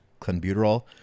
clenbuterol